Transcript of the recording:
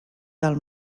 del